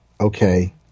okay